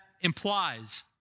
implies